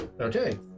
Okay